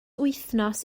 wythnos